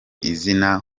izina